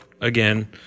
again